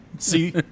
See